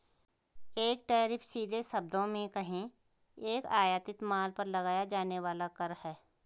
एक टैरिफ, सीधे शब्दों में कहें, एक आयातित माल पर लगाया जाने वाला कर है